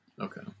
Okay